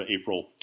April